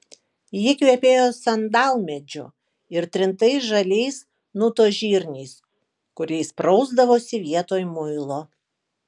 ji kvepėjo sandalmedžiu ir trintais žaliais nu to žirniais kuriais prausdavosi vietoj muilo